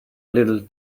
little